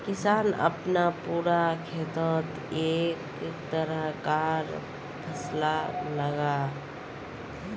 किसान अपना पूरा खेतोत एके तरह कार फासला लगाः